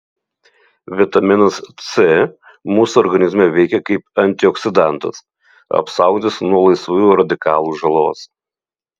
vitaminas c mūsų organizme veikia kaip antioksidantas apsaugantis nuo laisvųjų radikalų žalos